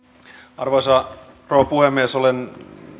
arvoisa rouva puhemies olen